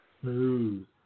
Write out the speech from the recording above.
Smooth